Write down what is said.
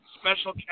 special